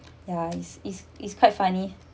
ya is is is quite funny